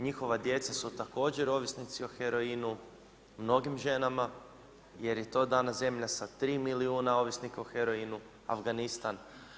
Njihova djeca su također ovisnici o heroinu, mnogim ženama jer je i to danas zemlja sa tri milijuna ovisnika o heroinu Afganistan.